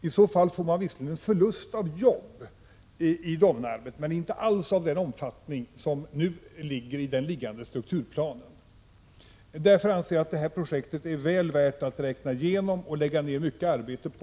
Då blir resultatet i Domnarvet visserligen en förlust av arbeten, men inte alls av den omfattning som den föreliggande strukturplanen medför. Jag anser därför att projektet är väl värt att räkna med och lägga ned mycket arbete på.